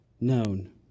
known